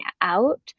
out